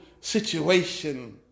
situation